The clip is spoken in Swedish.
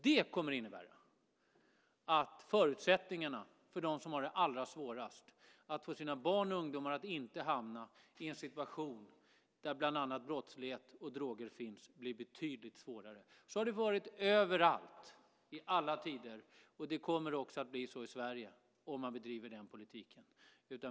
Det kommer att innebära att förutsättningarna för dem som har det allra svårast att hålla sina barn och ungdomar från att inte hamna i situationer där bland annat brottslighet och droger finns blir betydligt svårare. Så har det varit överallt, i alla tider, och så kommer det att bli också i Sverige om man bedriver den politiken.